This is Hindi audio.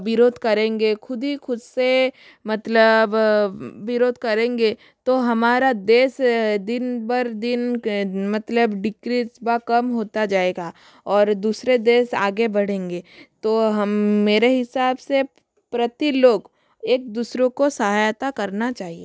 विरोध करेंगे ख़ुद ही ख़ुद से मतलब विरोध करेंगे तो हमारा देश दिन ब दिन के मतलब डिक्रीज व कम होता जाएगा और दूसरे देश आगे बढ़ेंगे तो हम मेरे हिसाब से प्रति लोग एक दूसरे को सहायता करना चाहिए